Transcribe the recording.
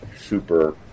super